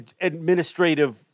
administrative